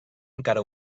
encara